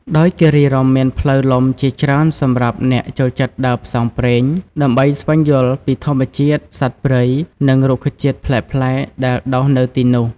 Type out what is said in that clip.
ដោយគិរីរម្យមានផ្លូវលំជាច្រើនសម្រាប់អ្នកចូលចិត្តដើរផ្សងព្រេង ដើម្បីស្វែងយល់ពីធម្មជាតិ សត្វព្រៃ និងរុក្ខជាតិប្លែកៗដែលដុះនៅទីនោះ។